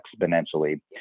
exponentially